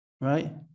Right